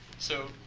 so,